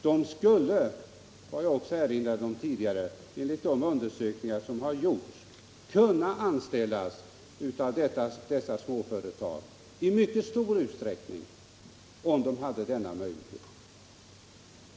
De skulle — det har jag också erinrat om tidigare — enligt de undersökningar som har gjorts kunna anställas av dessa småföretag i mycket stor utsträckning, om företagen hade denna möjlighet.